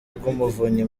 rw’umuvunyi